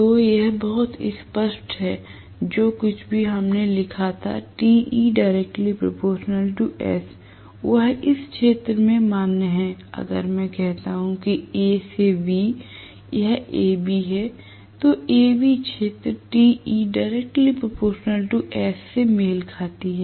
तो यह बहुत स्पष्ट है जो कुछ भी हमने पहले लिखा था वह इस क्षेत्र में मान्य है अगर मैं कहता हूं कि A से B यह A B है तो A B क्षेत्र से मेल खाती है